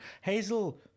Hazel